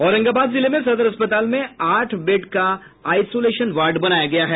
औरंगाबाद जिले में सदर अस्पताल में आठ बेड का आइसोलेशन वार्ड बनाया गया है